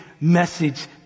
message